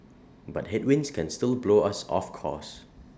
but headwinds can still blow us off course